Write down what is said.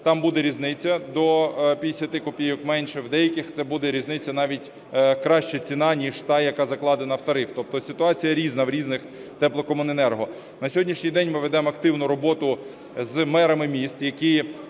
там буде різниця до 50 копійок менше, в деяких це буде різниця – навіть краща ціна, ніж та, яка закладена в тариф. Тобто ситуація різна в різних теплокомуненерго. На сьогоднішній день ми ведемо активну роботу з мерами міст, на